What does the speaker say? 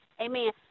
amen